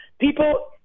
people